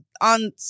on